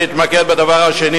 להתמקד בדבר השני,